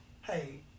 hey